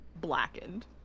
Blackened